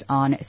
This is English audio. on